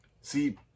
See